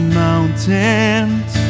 mountains